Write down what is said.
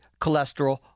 cholesterol